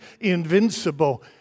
invincible